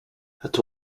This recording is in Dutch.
het